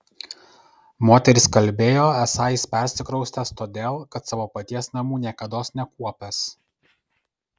moterys kalbėjo esą jis persikraustęs todėl kad savo paties namų niekados nekuopęs